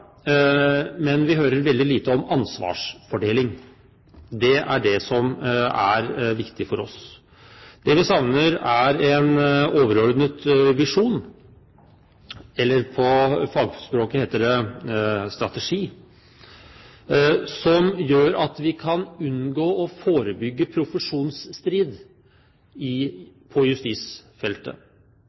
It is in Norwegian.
men vi hører veldig lite om ansvarsfordeling. Det er det som er viktig for oss. Det vi savner, er en overordnet visjon – på fagspråket heter det strategi – som gjør at vi kan unngå og forebygge profesjonsstrid på justisfeltet,